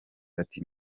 ati